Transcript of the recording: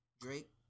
Drake